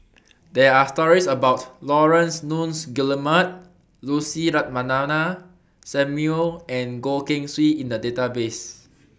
There Are stories about Laurence Nunns Guillemard Lucy Ratnammah Samuel and Goh Keng Swee in The Database